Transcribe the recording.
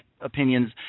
opinions